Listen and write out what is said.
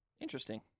Interesting